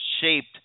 shaped